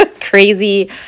crazy